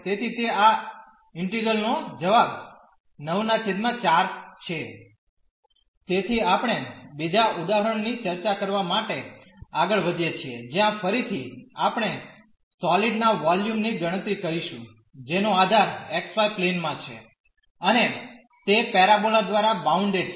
તેથી તે આ ઇન્ટિગ્રલ નો જવાબ 94 છે તેથી આપણે બીજા ઉદાહરણની ચર્ચા કરવા માટે આગળ વધીએ છીએ જ્યાં ફરીથી આપણે સોલીડ ના વોલ્યુમ ની ગણતરી કરીશું જેનો આધાર xy પ્લેન માં છે અને તે પેરાબોલા દ્વારા બાઉન્ડેડ છે